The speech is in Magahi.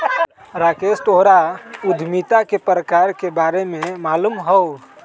राकेश तोहरा उधमिता के प्रकार के बारे में मालूम हउ